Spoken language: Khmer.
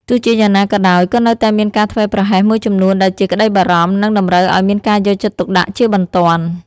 ទោះជាយ៉ាងណាក៏ដោយ ក៏នៅតែមានការធ្វេសប្រហែសមួយចំនួនដែលជាក្តីបារម្ភ និងតម្រូវឱ្យមានការយកចិត្តទុកដាក់ជាបន្ទាន់។